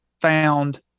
found